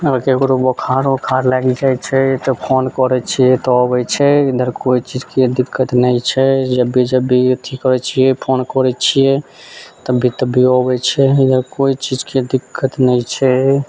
अगर ककरो बोखार ओखार लागि जाइ छै तऽ फोन करै छियै तऽ अबै छै इधर कोइ चीजके दिक्कत नहि छै जब भी जब भी अथी करै छियै फोन करै छियै तब भी तब भी अबै छै इधर कोइ चीजके दिक्कत नहि छै